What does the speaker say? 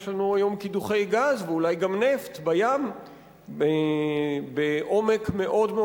יש לנו היום קידוחי גז ואולי גם נפט בים בעומק רב מאוד,